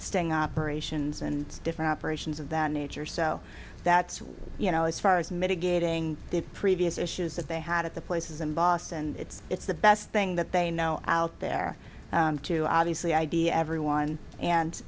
sting operations and different operations of that nature so that's you know as far as mitigating their previous issues that they had at the places and boss and it's it's the best thing that they know out there to obviously idea everyone and